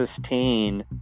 sustain